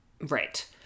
Right